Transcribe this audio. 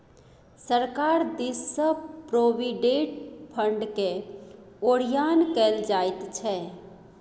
सरकार दिससँ प्रोविडेंट फंडकेँ ओरियान कएल जाइत छै